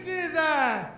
Jesus